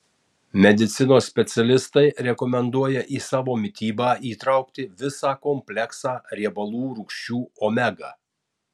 medicinos specialistai rekomenduoja į savo mitybą įtraukti visą kompleksą riebalų rūgščių omega